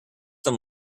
them